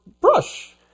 brush